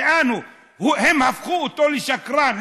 הם הפכו אותו לשקרן,